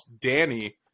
Danny